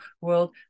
world